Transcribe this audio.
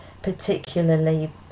particularly